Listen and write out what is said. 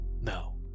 No